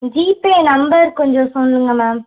GPay number கொஞ்சம் சொல்லுங்கள் ma'am